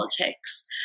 politics